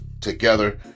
together